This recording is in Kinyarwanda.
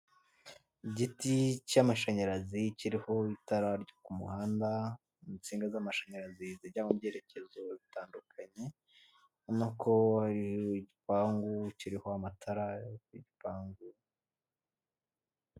Igiti cy'amashanyarazi kiriho itara ryo kumuhanda, insinga z'amashanyarazi zijya mu byerekezo bitandukanye, ubonako ar' igipangu kirih' amatara y'igipangu.